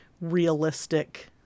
realistic